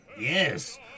Yes